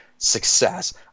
Success